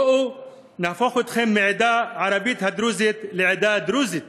בואו נהפוך אתכם מהעדה הערבית-דרוזית לעדה הדרוזית.